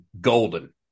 golden